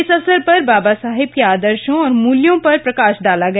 इस अवसर पर बाबा साहेब के आदर्शो और मूल्यों पर प्रकाश डाला गया